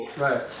right